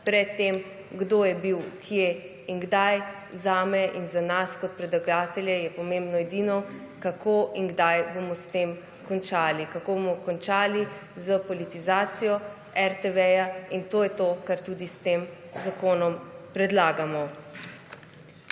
pred tem, kdo je bil kje in kdaj, za mene in za nas kot predlagatelje je edino pomembno, kako in kdaj bomo s tem končali. Kako bomo končali s politizacijo RTV. In to je to, kar tudi s tem zakonom predlagamo.